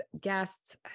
guests